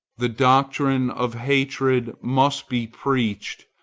the doctrine of hatred must be preached,